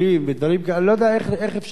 אני לא יודע איך אפשר לחסום את זה,